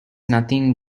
nothing